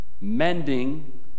Mending